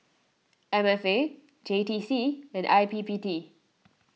M F A J T C and I P P T